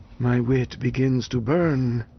my wit begins to burn.